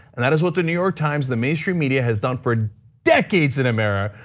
and that is what the new york times, the mainstream media has done for decades in america.